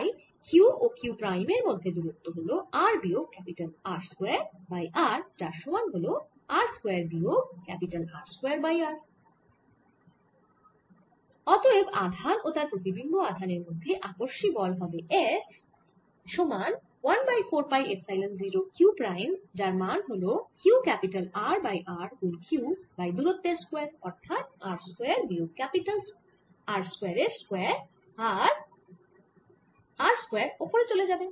তাই q ও q প্রাইমের মধ্যে দূরত্ব হল r বিয়োগ R স্কয়ার বাই r যার সমান হল r স্কয়ার বিয়োগ R স্কয়ার বাই r অতএব আধান ও তার প্রতিবিম্ব আধানের মধ্যে আকর্ষী বল F হবে 1 by 4 pi epsilon 0 q prime যার মান হল q R বাই r গুন q বাই দুরত্বের স্কয়ার অর্থাৎ r স্কয়ার বিয়োগ R স্কয়ার এর স্কয়ার আর r স্কয়ার ওপরে চলে যাবে